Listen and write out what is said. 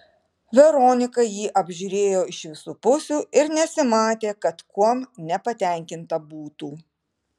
veronika jį apžiūrėjo iš visų pusių ir nesimatė kad kuom nepatenkinta būtų